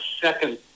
second